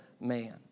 man